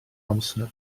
amser